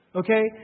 okay